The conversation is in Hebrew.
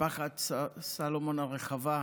משפחת סולומון הרחבה,